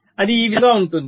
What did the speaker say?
అది ఈ విధంగా ఉంటుంది